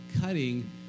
cutting